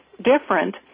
different